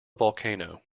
volcano